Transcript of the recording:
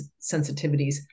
sensitivities